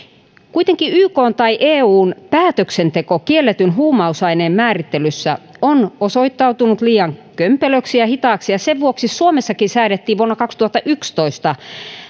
kuitenkin ykn tai eun päätöksenteko kielletyn huumausaineen määrittelyssä on osoittautunut liian kömpelöksi ja hitaaksi ja sen vuoksi suomessakin säädettiin vuonna kaksituhattayksitoista